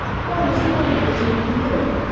what is lord rufford to you?